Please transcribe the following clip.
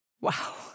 Wow